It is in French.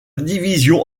division